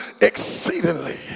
exceedingly